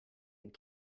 had